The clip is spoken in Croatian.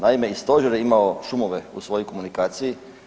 Naime iz Stožera imamo šumove u svojoj komunikaciji.